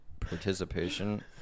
Participation